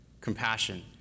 Compassion